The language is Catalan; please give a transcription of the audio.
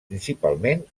principalment